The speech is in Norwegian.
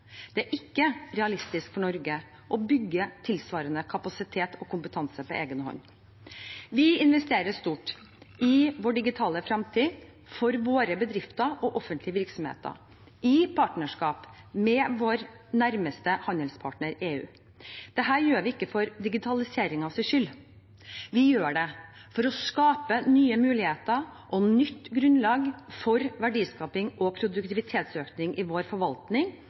Det er ikke realistisk for Norge å bygge tilsvarende kapasitet og kompetanse på egen hånd. Vi investerer stort i vår digitale framtid for våre bedrifter og offentlige virksomheter i partnerskap med vår nærmeste handelspartner, EU. Dette gjør vi ikke for digitaliseringens skyld. Vi gjør det for å skape nye muligheter og nytt grunnlag for verdiskaping og produktivitetsøkning i vår forvaltning